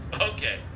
okay